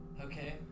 Okay